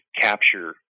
capture